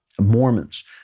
Mormons